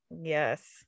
Yes